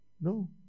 No